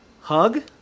hug